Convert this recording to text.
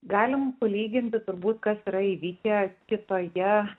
galim palyginti turbūt kas yra įvykę kitoje